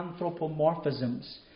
anthropomorphisms